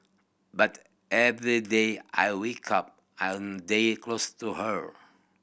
but every day I wake up I'm a day closer to her